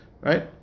right